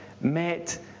met